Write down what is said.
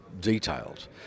detailed